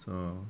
so